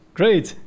great